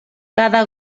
cada